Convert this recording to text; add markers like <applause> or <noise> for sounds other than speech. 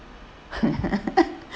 <laughs>